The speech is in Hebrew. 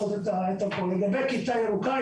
לגבי כיתה ירוקה,